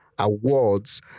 Awards